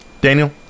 daniel